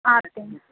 ಆರು ತಿಂಗ್ಳ